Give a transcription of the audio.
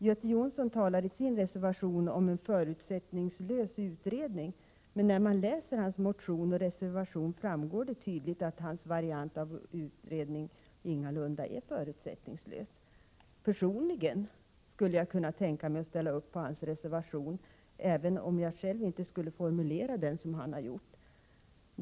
Göte Jonsson talar i sin reservation om en förutsättningslös utredning, men för den som läser hans motion och reservation framgår det tydligt att hans variant av utredning ingalunda är förutsättningslös. Personligen skulle jag kunna tänka mig att ställa upp på hans reservation, även om jag själv inte skulle formulera den som han gjort.